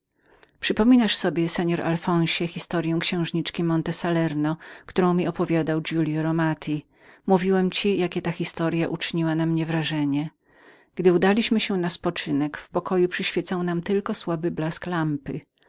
przypominasz sobie panie alfonsie historyę księżniczki monte salerno którą mi opowiadał giulio romati mówiłem ci jakie takowa uczyniła na mnie wrażenie gdy odeszliśmy na spoczynek w pokoju przyświecał nam tylko słaby blask lampy